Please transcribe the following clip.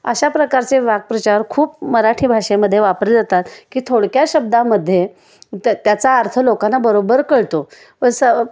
अशा प्रकारचे वाक्प्रचार खूप मराठी भाषेमध्ये वापरले जातात की थोडक्या शब्दामध्ये त त्याचा अर्थ लोकांना बरोबर कळतो सं